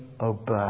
obey